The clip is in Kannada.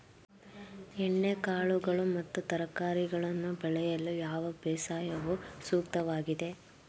ಎಣ್ಣೆಕಾಳುಗಳು ಮತ್ತು ತರಕಾರಿಗಳನ್ನು ಬೆಳೆಯಲು ಯಾವ ಬೇಸಾಯವು ಸೂಕ್ತವಾಗಿದೆ?